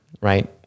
right